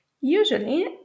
usually